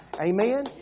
amen